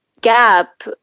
gap